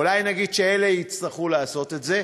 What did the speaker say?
אולי נגיד שאלה יצטרכו לעשות את זה,